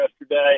yesterday